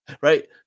Right